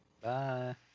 Bye